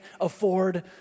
afford